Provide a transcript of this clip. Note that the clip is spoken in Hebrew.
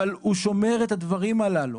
אבל הוא שומר את הדברים הללו.